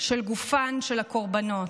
של גופן של הקורבנות.